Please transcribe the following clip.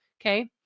okay